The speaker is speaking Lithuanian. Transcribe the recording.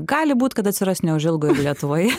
gali būt kad atsiras neužilgo ir lietuvoje